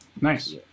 Nice